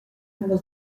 nello